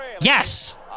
Yes